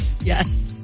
Yes